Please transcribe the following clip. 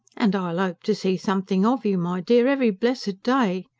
and i'll hope to see something of you, my dear, every blessed day.